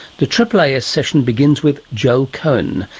the aaas session begins with joel cohen,